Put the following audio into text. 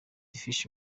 ifishi